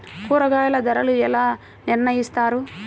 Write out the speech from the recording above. కూరగాయల ధరలు ఎలా నిర్ణయిస్తారు?